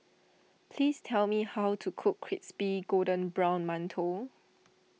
please tell me how to cook Crispy Golden Brown Mantou